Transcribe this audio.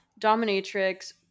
dominatrix